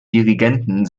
dirigenten